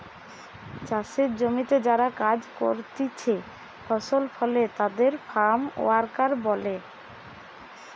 চাষের জমিতে যারা কাজ করতিছে ফসল ফলে তাদের ফার্ম ওয়ার্কার বলে